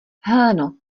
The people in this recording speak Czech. heleno